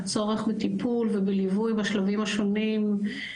הצורך בטיפול ובליווי בשלבים השונים.